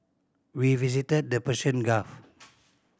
we visited the Persian Gulf